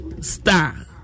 star